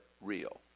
real